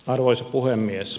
arvoisa puhemies